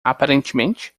aparentemente